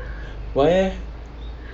why leh